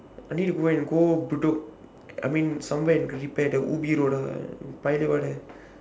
I need to go and go bedok I mean somewhere to repair the ubi road ah buy new one there